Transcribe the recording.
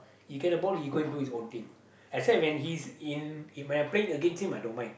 he get the ball he go and do his own thing except when he's in when I'm playing against him I don't mind